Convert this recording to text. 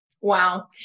Wow